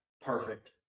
Perfect